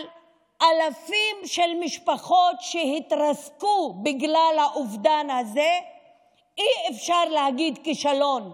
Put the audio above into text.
על אלפי משפחות שהתרסקו בגלל האובדן הזה אי-אפשר להגיד כישלון.